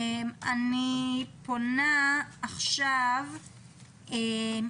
אני פונה לשמואל הוכמן מכפר